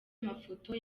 mafoto